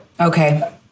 Okay